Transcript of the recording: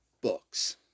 books